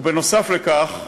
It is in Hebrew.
ונוסף על כך,